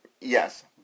Yes